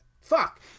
Fuck